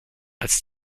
als